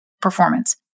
performance